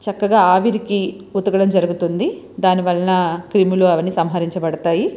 చక్కగా ఆవిరికి ఉతకడం జరుగుతుంది దాని వలన క్రిములు అవన్నీ సంహరించబడతాయి